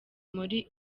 muri